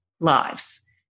lives